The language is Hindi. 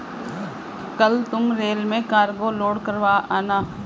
कल तुम रेल में कार्गो लोड करवा आना